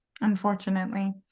unfortunately